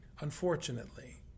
Unfortunately